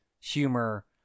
humor